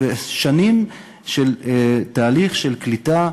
שנים של תהליך של קליטה,